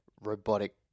robotic